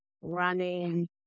running